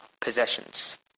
possessions